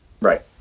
Right